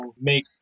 make